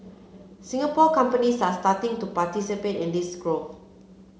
Singapore companies are starting to participate in this growth